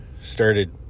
started